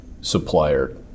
supplier